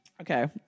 Okay